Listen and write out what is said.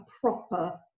proper